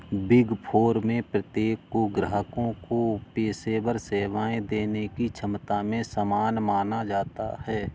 big four में प्रत्येक को ग्राहकों को पेशेवर सेवाएं देने की क्षमता में समान माना जाता है